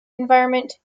environment